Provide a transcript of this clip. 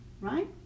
right